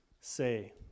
say